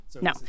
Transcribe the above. No